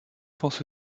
pensent